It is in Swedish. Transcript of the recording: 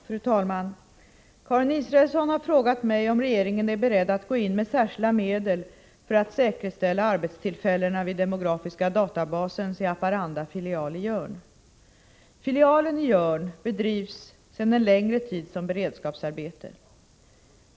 Fru talman! Karin Israelsson har frågat mig om regeringen är beredd att gå in med särskilda medel för att säkerställa arbetstillfällena vid demografiska databasens i Haparanda filial i Jörn. Filialen i Jörn bedrivs sedan en längre tid som beredskapsarbete.